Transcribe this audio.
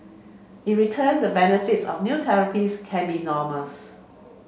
in return the benefits of new therapies can be enormous